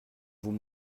vous